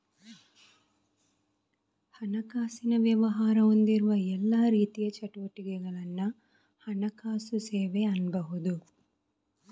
ಹಣಕಾಸಿನ ವ್ಯವಹಾರ ಹೊಂದಿರುವ ಎಲ್ಲಾ ರೀತಿಯ ಚಟುವಟಿಕೆಗಳನ್ನ ಹಣಕಾಸು ಸೇವೆ ಅನ್ಬಹುದು